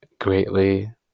greatly